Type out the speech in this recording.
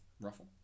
Ruffle